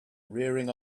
rearing